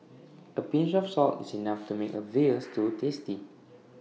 A pinch of salt is enough to make A Veal Stew tasty